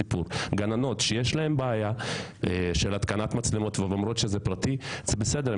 גננות שיש להן בעיה של התקנת מצלמות ואומרות שזו פגיעה בפרטיות